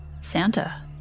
Santa